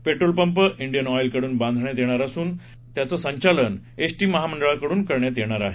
petrol pump Indian ऑईलकडून बांधण्यात येणार असून त्याचं संचालन एसटी महामंडळाकडून करण्यात येणार आहे